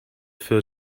für